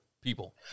people